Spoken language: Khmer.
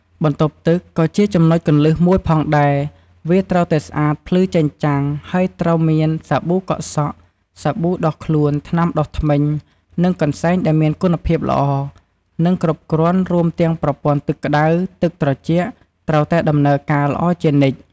បន្ទប់ទឹកក៏ជាចំណុចគន្លឹះមួយផងដែរ វាត្រូវតែស្អាតភ្លឺចែងចាំងហើយត្រូវមាន សាប៊ូកក់សក់ សាប៊ូដុសខ្លួន ថ្នាំដុសធ្មេញ និងកន្សែង ដែលមានគុណភាពល្អ និងគ្រប់គ្រាន់ រួមទាំងប្រព័ន្ធទឹកក្តៅ ទឹកត្រជាក់ត្រូវតែដំណើរការល្អជានិច្ច។